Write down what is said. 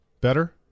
better